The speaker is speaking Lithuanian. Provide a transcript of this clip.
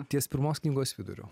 ties pirmos knygos viduriu